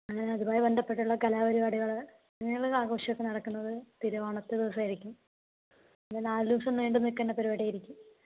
അതുമായി ബന്ധപ്പെട്ടിട്ടുള്ള കലാപരിപാടികൾ അങ്ങനെയുള്ള ആഘോഷമൊക്കെ നടക്കുന്നത് തിരുവോണത്തെ ദിവസമായിരിക്കും പിന്നെ നാലു ദിവസം നീണ്ടു നിൽക്കുന്ന പരിപാടിയായിരിക്കും